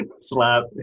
slap